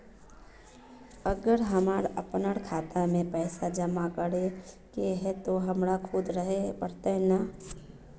अगर हमर अपना खाता में पैसा जमा करे के है ते हमरा खुद रहे पड़ते ने?